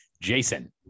Jason